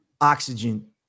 oxygen